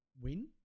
win